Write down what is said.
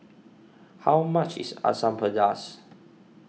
how much is Asam Pedas